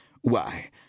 Why